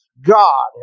God